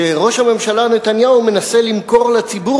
שראש הממשלה נתניהו מנסה למכור לציבור,